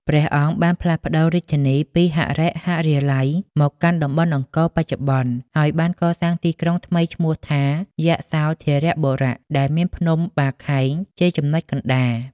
ព្រះអង្គបានផ្លាស់រាជធានីពីហរិហរាល័យ មកកាន់តំបន់អង្គរបច្ចុប្បន្ន ហើយបានកសាងទីក្រុងថ្មីមួយឈ្មោះថា យសោធរបុរៈ ដែលមានភ្នំបាខែងជាចំណុចកណ្ដាល។